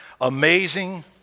Amazing